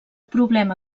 problema